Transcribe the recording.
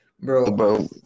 Bro